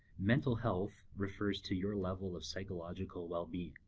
mental health refers to your level of psychological well-being.